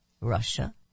Russia